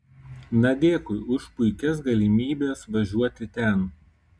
na dėkui už puikias galimybės važiuoti ten